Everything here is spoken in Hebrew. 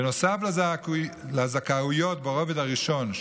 בנוסף לזכאויות ברובד הראשון,